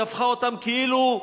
היא הפכה אותן כאילו,